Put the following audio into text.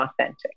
authentic